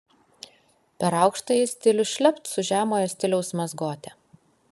per aukštąjį stilių šlept su žemojo stiliaus mazgote